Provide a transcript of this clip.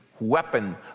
weapon